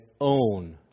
own